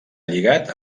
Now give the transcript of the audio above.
lligat